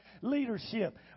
leadership